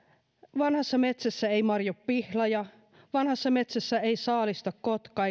vanhassa metsässä ei marjo pihlaja vanhassa metsässä eivät saalista kotka